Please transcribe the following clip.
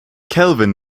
kelvin